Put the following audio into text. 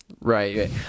Right